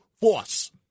force